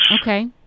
Okay